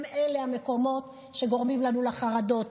הם המקומות שגורמים לנו לחרדות,